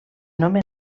nomenat